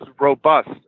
robust